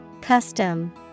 Custom